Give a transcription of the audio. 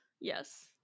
Yes